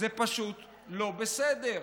זה פשוט לא בסדר.